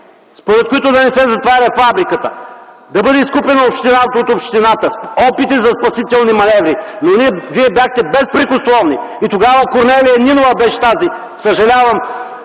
според които да не се затваря фабриката, да бъде изкупена от общината – опити за спасителни маневри, но вие бяхте безпрекословни И тогава Корнелия Нинова беше тази, която